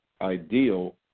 ideal